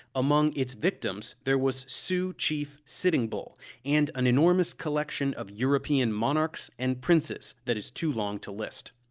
among its victims, there was sioux chief sitting bull and an enormous collection of european monarchs and princes that is too long to list.